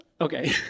Okay